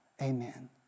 Amen